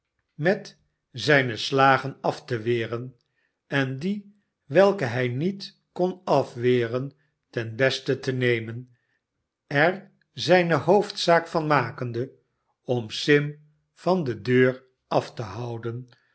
met zijne slagen afte weren en die welke hij niet kon afweren ten beste te nemen er zijne hoofdzaak van makende om sim van de deur af te houden